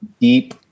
deep